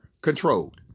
controlled